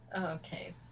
Okay